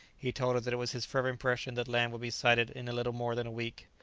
he told her that it was his firm impression that land would be sighted in little more than a week.